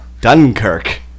Dunkirk